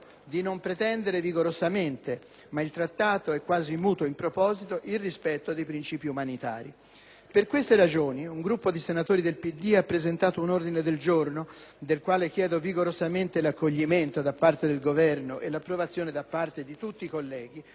di non pretendere vigorosamente - ma il Trattato è quasi muto in proposito - il rispetto dei princìpi umanitari. Per queste ragioni, un gruppo di senatori del Partito Democratico ha presentato l'ordine del giorno G105, del quale chiedo vigorosamente l'accoglimento da parte del Governo e l'approvazione da parte di tutti i colleghi,